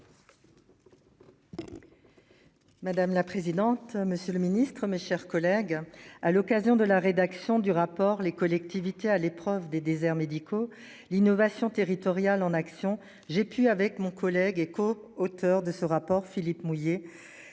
Madame la présidente. Monsieur le Ministre, mes chers collègues à l'occasion de la rédaction du rapport les collectivités à l'épreuve des déserts médicaux, l'innovation territoriale en action. J'ai pu avec mon collègue et co-, auteur de ce rapport Philippe mouiller